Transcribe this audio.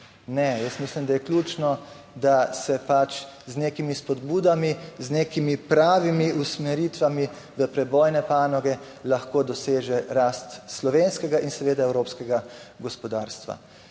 Ne, jaz mislim, da je ključno, da se z nekimi spodbudami, z nekimi pravimi usmeritvami v prebojne panoge lahko doseže rast slovenskega in evropskega gospodarstva.